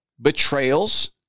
betrayals